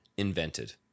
Invented